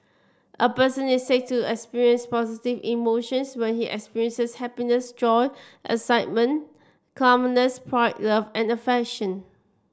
a person is said to experience positive emotions when he experiences happiness joy excitement calmness pride love and affection